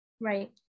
right